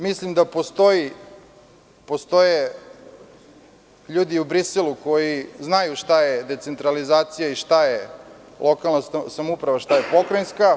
Mislim da postoje ljudi i u Briselu koji znaju šta je decentralizacija i šta je lokalna samouprava, šta je pokrajinska.